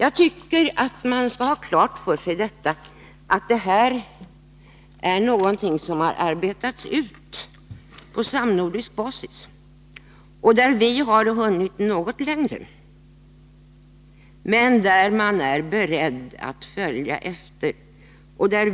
Vi bör ha klart för oss att detta är något som har arbetats fram på samnordisk basis. Sverige har hunnit något längre än övriga länder, men dessa är beredda att följa Sverige.